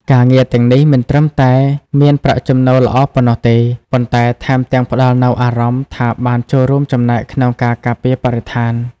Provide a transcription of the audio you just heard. ការងារទាំងនេះមិនត្រឹមតែមានប្រាក់ចំណូលល្អប៉ុណ្ណោះទេ ប៉ុន្តែថែមទាំងផ្តល់នូវអារម្មណ៍ថាបានចូលរួមចំណែកក្នុងការការពារបរិស្ថាន។